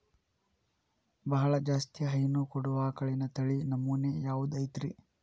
ಬಹಳ ಜಾಸ್ತಿ ಹೈನು ಕೊಡುವ ಆಕಳಿನ ತಳಿ ನಮೂನೆ ಯಾವ್ದ ಐತ್ರಿ?